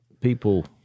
people